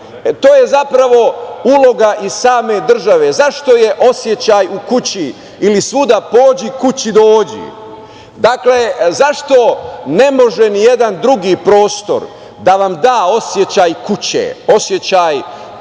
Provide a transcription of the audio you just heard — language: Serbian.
to je zapravo uloga i same države.Zašto je osećaj u kući ili - svuda pođi kući dođi? Zašto ne može ni jedan drugi prostor da vam da osećaj kuće? Osećaj